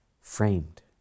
framed